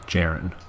Jaren